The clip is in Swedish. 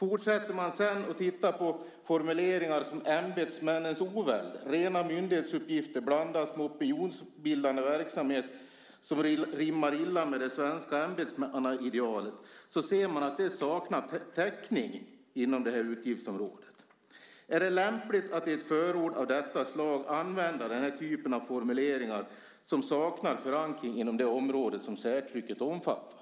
Om man sedan fortsätter att titta på formuleringar som ämbetsmännens oväld, där rena myndighetsuppgifter blandas med opinionsbildande verksamhet, vilket rimmar illa med det svenska ämbetsmannaidealet, ser man att det saknar täckning på utgiftsområdet. Är det lämpligt att i ett förord av detta slag använda den typen av formuleringar, som saknar förankring på det område som särtrycket omfattar?